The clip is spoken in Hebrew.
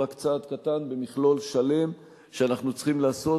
הוא רק צעד קטן במכלול שלם שאנחנו צריכים לעשות,